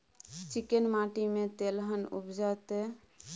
चिक्कैन माटी में तेलहन उपजतै?